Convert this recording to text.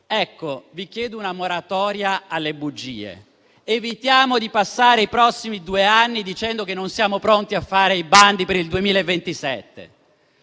Ecco, vi chiedo una moratoria alle bugie. Evitiamo di passare i prossimi due anni dicendo che non siamo pronti a fare i bandi per il 2027.